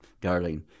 darling